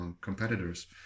competitors